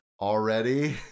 already